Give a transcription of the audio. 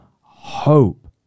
hope